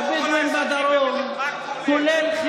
הבדואים בדרום, מה כולל?